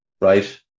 right